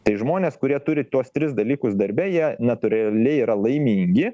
tai žmonės kurie turi tuos tris dalykus darbe jie natūraliai yra laimingi